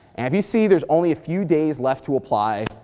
and if you see there's only a few days left to apply,